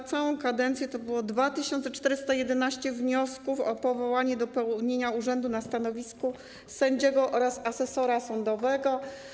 W całej kadencji to było 2411 wniosków o powołanie do pełnienia urzędu na stanowisku sędziego oraz asesora sądowego.